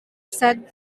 set